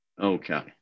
Okay